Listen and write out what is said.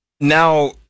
Now